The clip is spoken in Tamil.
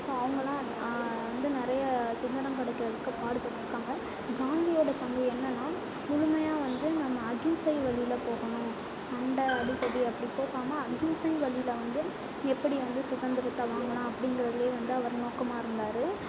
ஸோ அவங்களாம் வந்து நிறையா சுதந்திரம் கிடைக்கிறதுக்கு பாடுப்பட்டிருக்காங்க காந்தியோட பண்பு என்னென்னா முழுமையாக வந்து நம்ம அகிம்சை வழியில் போகணும் சண்டை அடிதடி அப்படி போகாமல் அகிம்சை வழியில் வந்து எப்படி வந்து சுதந்திரத்தை வாங்கலாம் அப்படிங்கிறதுலே வந்து அவர் நோக்கமாக இருந்தார்